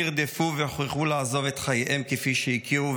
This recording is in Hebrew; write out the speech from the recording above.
נרדפו והוכרחו לעזוב את חייהם כפי שהכירו,